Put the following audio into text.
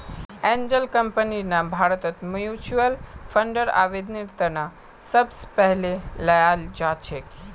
angel कम्पनीर नाम भारतत म्युच्युअल फंडर आवेदनेर त न सबस पहले ल्याल जा छेक